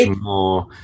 more